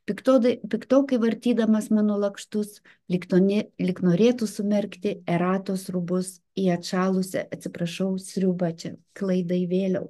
piktoda piktokai vartydamas mano lakštus lyg toni lyg norėtų sumerkti eratos rūbus į atšalusią atsiprašau sriubą čia klaidą įvėliau